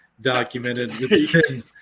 documented